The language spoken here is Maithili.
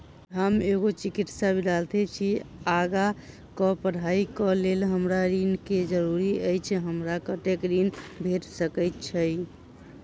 हम एगो चिकित्सा विद्यार्थी छी, आगा कऽ पढ़ाई कऽ लेल हमरा ऋण केँ जरूरी अछि, हमरा कत्तेक ऋण भेट सकय छई?